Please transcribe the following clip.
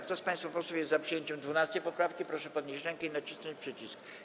Kto z państwa posłów jest za przyjęciem 12. poprawki, proszę podnieść rękę i nacisnąć przycisk.